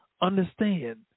understand